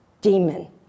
demon